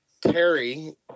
Terry